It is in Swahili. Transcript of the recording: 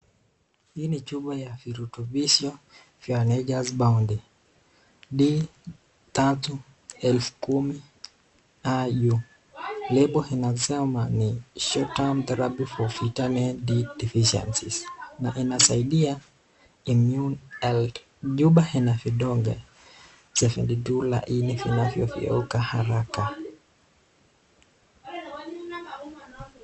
Hii ni chupa ya virutubishi vya Nature's bounding . D tatu, elfu kumi a yu. Nebo unasema ni short term therapy for vitamin D deficiency na inasaidia immune health . Chupa Ina vidonge za Ili inavyo kauka haraka